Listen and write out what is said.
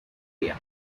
area